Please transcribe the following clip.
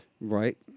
Right